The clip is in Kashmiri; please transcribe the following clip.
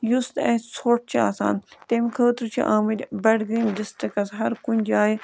یُس تہِ اَسہِ ژھۄٹھ چھِ آسان تَمہِ خٲطرٕ چھِ آمٕتۍ بڈگٲمۍ ڈِسٹِرٛکَس ہر کُنہِ جایہِ